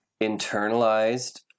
internalized